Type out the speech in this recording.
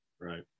right